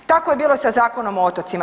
Tako je bilo i sa Zakonom o otocima.